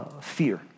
fear